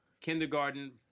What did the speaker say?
kindergarten